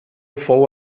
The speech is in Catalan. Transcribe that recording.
fou